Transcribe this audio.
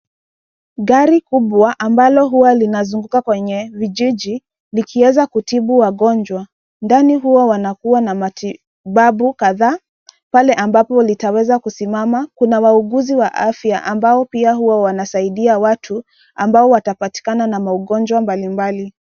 Gari kubwa ambalo huwa linazunguka kwenye vijiji likiweza kutibu wagonjwa. Ndani huwa wanakuwa na matibabu kadhaa pale ambapo litaweza kusimama . Kuna wauguzi wa afya ambao pia huwa wanasaidia watu ambao watapatikana na magonjwa mbalimbali.